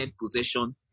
possession